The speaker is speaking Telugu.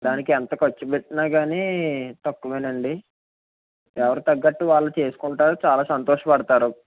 దానికి ఎంత ఖర్చు పెట్టినా కానీ తక్కువే నండి ఎవరి తగ్గట్టు వాళ్ళు చేసుకుంటా చాలా సంతోషపడుతారు